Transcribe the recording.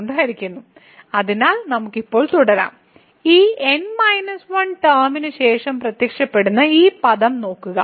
കൊണ്ട് ഹരിക്കുന്നു അതിനാൽ നമുക്ക് ഇപ്പോൾ തുടരാം ഈ N 1 ടേമിന് ശേഷം പ്രത്യക്ഷപ്പെടുന്ന ഈ പദം ഇവിടെ നോക്കുക